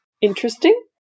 interesting